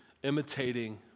imitating